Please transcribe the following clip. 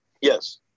Yes